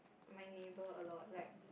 my neighbour a lot like